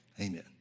Amen